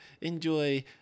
Enjoy